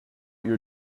your